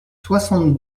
soixante